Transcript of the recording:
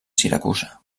siracusa